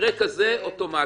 במקרה כזה, אוטומטית.